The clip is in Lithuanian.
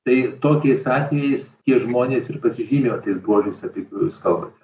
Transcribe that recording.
tai tokiais atvejais tie žmonės ir pasižymi va tais buožais apie kuriuos kalbate